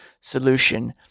solution